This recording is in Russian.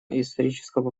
исторического